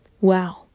Wow